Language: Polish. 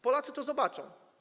Polacy to zobaczą.